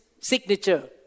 signature